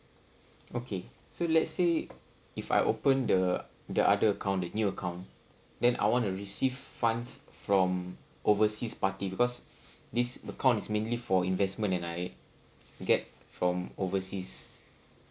okay so let's say if I open the the other account the new account then I wanna receive funds from overseas party because this account is mainly for investment and I get from overseas